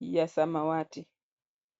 ya samawati.